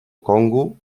congo